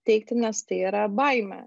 teikti nes tai yra baimė